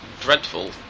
dreadful